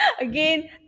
Again